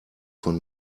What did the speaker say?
von